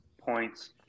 points